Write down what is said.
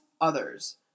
others